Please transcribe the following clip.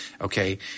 Okay